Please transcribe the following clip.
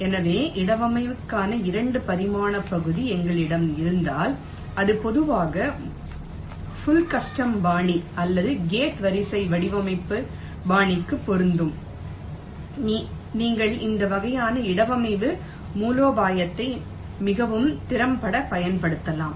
எனவே இடவமைப்புக்கான 2 பரிமாண பகுதி எங்களிடம் இருந்தால் இது பொதுவாக முழு கஸ்டம் பாணி அல்லது கேட் வரிசை வடிவமைப்பு பாணிக்கு பொருந்தும் நீங்கள் இந்த வகையான இடவமைவு மூலோபாயத்தை மிகவும் திறம்பட பயன்படுத்தலாம்